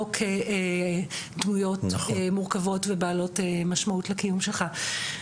כדמויות מורכבות ובעלות משמעות לקיום שלך.